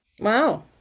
Wow